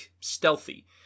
stealthy